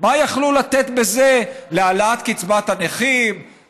מה יכלו לתת בזה להעלאת קצבת הנכים,